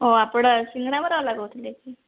ଓ ଆପଣ ସିଙ୍ଗଡ଼ା ବରା ବାଲା କହୁଥିଲେ କି